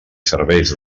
serveis